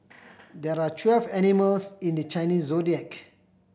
there are twelve animals in the Chinese Zodiac